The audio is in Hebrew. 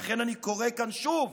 לכן אני קורא כאן שוב,